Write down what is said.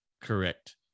Correct